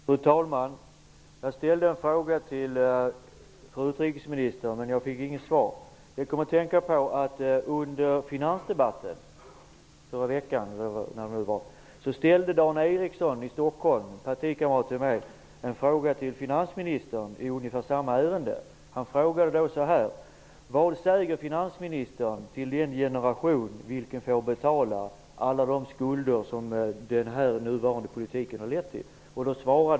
Fru talman! Jag ställde en fråga till fru utrikesministern, men jag fick inget svar. Under finansdebatten ställde Dan Eriksson i Stockholm, en partikamrat till mig, en fråga i ungefär samma ärende till finansministern. Han frågade vad finansministern säger till den generation som skall betala alla de skulder som den nuvarande politiken har lett fram till.